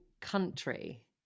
country